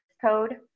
code